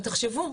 ותחשבו,